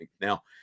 Now